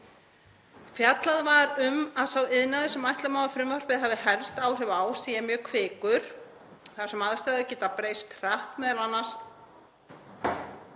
Fjallað var um að sá iðnaður, sem ætla má að frumvarpið hafi helst áhrif á, sé mjög kvikur þar sem aðstæður geta breyst hratt, m.a. að